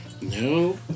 No